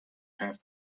have